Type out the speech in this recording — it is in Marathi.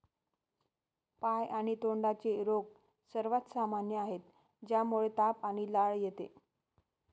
पाय आणि तोंडाचे रोग सर्वात सामान्य आहेत, ज्यामुळे ताप आणि लाळ येते